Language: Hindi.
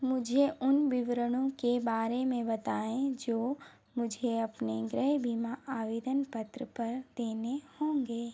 मुझे उन विवरणों के बारे में बताएँ जो मुझे अपने गृह बीमा आवेदन पत्र पर देने होंगे